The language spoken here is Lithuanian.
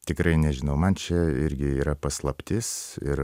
tikrai nežinau man čia irgi yra paslaptis ir